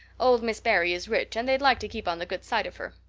old miss barry is rich and they'd like to keep on the good side of her.